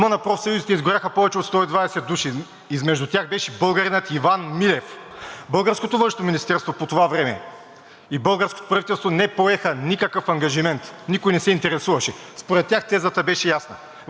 и българското правителство не поеха никакъв ангажимент – никой не се интересуваше. Според тях тезата беше ясна – в Украйна живеят само украински граждани, България не се меси в украинския конфликт, това е вътрешен проблем на Украйна.